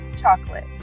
chocolate